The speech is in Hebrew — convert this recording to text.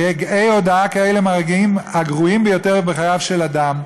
רגעי הודעה כאלה הם הרגעים הגרועים ביותר בחייו של אדם.